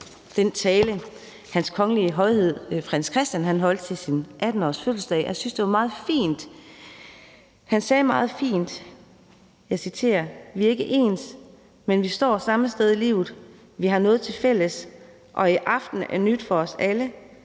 den tale, som Hans Kongelige Højhed Prins Christian holdt til sin 18-årsfødselsdag. Jeg synes, han sagde meget fint, og jeg citerer: »Vi er ikke ens, men vi står samme sted i livet. Vi har noget til fælles. Og i aften er nyt for os alle.